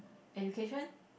education